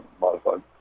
modified